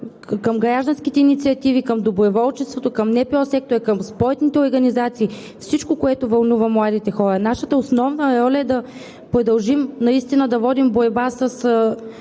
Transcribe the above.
на гражданските инициативи, доброволчеството, НПО сектора към спортните организации – всичко, което вълнува младите хора. Нашата основна роля е да продължим да водим борба със